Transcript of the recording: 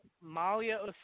Malia